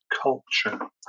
culture